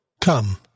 Come